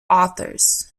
authors